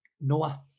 Noah